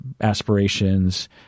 aspirations